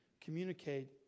communicate